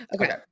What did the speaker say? Okay